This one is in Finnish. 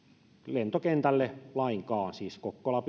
lentokentälle lainkaan siis kokkola